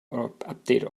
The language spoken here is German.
update